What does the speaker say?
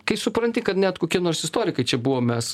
kai supranti kad net kokie nors istorikai čia buvo mes